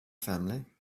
family